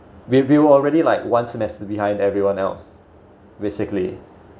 we we were already like one semester behind everyone else basically